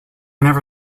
never